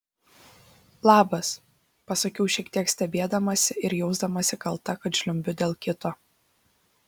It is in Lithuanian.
labas pasakiau šiek tiek stebėdamasi ir jausdamasi kalta kad žliumbiu dėl kito